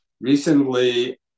Recently